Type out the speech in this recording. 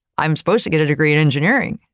i'm supposed to get a degree in engineering.